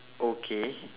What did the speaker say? okay